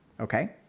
Okay